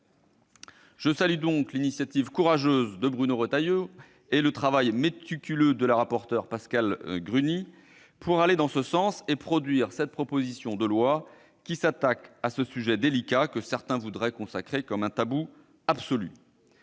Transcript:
Je salue donc l'initiative courageuse de Bruno Retailleau et le travail méticuleux de Mme la rapporteure Pascale Gruny pour aller dans ce sens et produire cette proposition de loi, qui s'attaque à un sujet délicat, que d'aucuns voudraient ériger en tabou absolu.